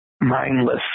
mindless